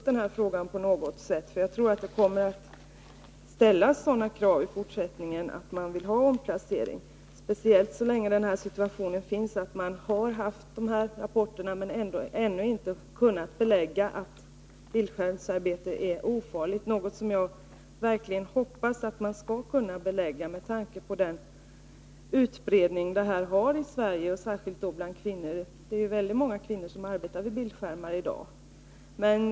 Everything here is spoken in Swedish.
Frågan bör tas upp på något sätt, för jag tror att det i fortsättningen kommer att ställas krav på omplacering, speciellt så länge den situationen kvarstår att det har kommit rapporter och man ännu inte kunnat belägga att bildskärmsarbetet är ofarligt, något som jag verkligen hoppas att man skall kunna belägga, med tanke på den utbredning som den sortens arbete har i Sverige och då särskilt bland kvinnor.